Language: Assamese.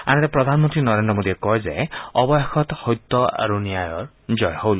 আনহাতে প্ৰধানমন্ত্ৰী নৰেন্দ্ৰ মোদীয়ে কয় যে অৱশেষত সত্য আৰু ন্যায়ৰ জয় হল